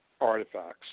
artifacts